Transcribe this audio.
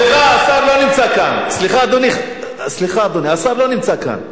סליחה, השר לא נמצא כאן.